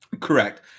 Correct